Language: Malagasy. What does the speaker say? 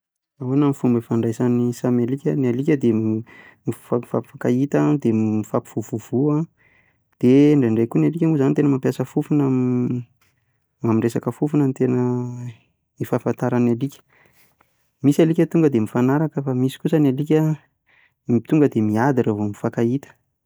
Ahoana ny fomba fifandraisan'ny samy alika? Ny alika dia mifankahita dia mifampivovoa, dia indraindray koa moa ny alika moa izany tena mampiasa fofona, amin'ny resaka fofona no tena hifankafantaran'ny alika. Misy ny alika tonga dia mifanaraka fa misy ny alika tonga dia miady raha vao mifankahita.